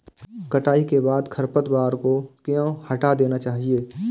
कटाई के बाद खरपतवार को क्यो हटा देना चाहिए?